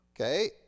okay